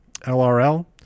LRL